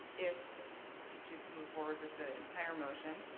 if you choose to move forward with the entire motion,